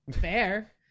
fair